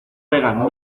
pegan